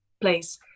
place